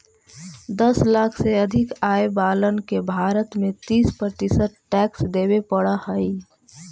दस लाख से अधिक आय वालन के भारत में तीस प्रतिशत टैक्स देवे पड़ऽ हई